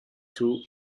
too